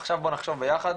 עכשיו בואו נחשוב ביחד,